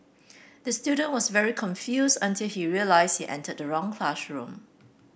the student was very confused until he realised he entered the wrong classroom